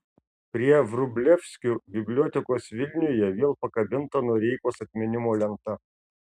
prie vrublevskių bibliotekos vilniuje vėl pakabinta noreikos atminimo lenta